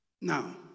Now